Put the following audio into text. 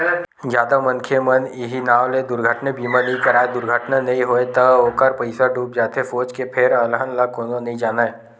जादा मनखे मन इहीं नांव ले दुरघटना बीमा नइ कराय दुरघटना नइ होय त ओखर पइसा डूब जाथे सोच के फेर अलहन ल कोनो नइ जानय